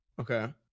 Okay